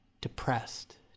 depressed